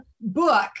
book